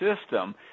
system